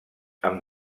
amb